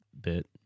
bit